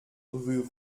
rue